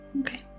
Okay